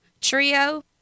Trio